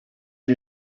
wir